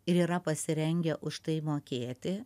ir yra pasirengę už tai mokėti